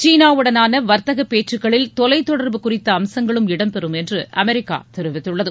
சீனாவுடனான வர்த்தக பேச்சுக்களில் தொலைத்தொடர்பு குறித்த அம்சங்களும் இடம்பெறும் என்று அமெரிக்கா தெரிவித்துள்ளது